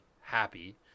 happy